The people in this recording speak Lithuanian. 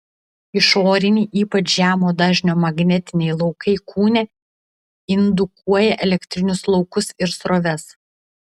išoriniai ypač žemo dažnio magnetiniai laukai kūne indukuoja elektrinius laukus ir sroves